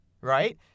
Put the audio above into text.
right